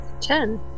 ten